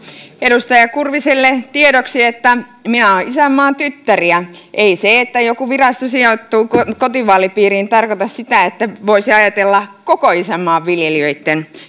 edustaja kurviselle tiedoksi että minä olen isänmaan tyttäriä ei se että joku virasto sijoittuu kotivaalipiiriin tarkoita sitä ettei voisi ajatella koko isänmaan viljelijöitten